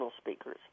speakers